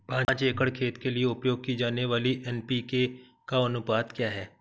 पाँच एकड़ खेत के लिए उपयोग की जाने वाली एन.पी.के का अनुपात क्या है?